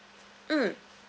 mmhmm